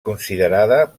considerada